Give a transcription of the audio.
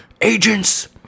agents